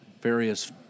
various